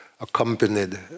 accompanied